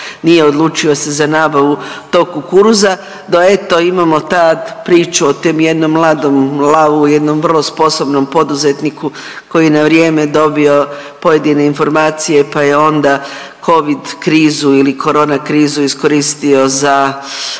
nije odlučio se za nabavu tog kukuruza do eto imamo od tad priču o tom jednom mladom lavu, o jednom vrlo sposobnom poduzetniku koji je na vrijeme dobio pojedine informacije pa je onda covid krizu ili korona krizu iskoristio za